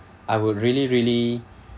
I would really really